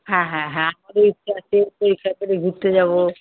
হ্যাঁ হ্যাঁ হ্যাঁ আমারও ইচ্ছা আছে পরীক্ষার পরে ঘুরতে যাবো